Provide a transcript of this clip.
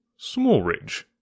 Smallridge